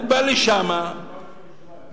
הוא בא לשם ואומר,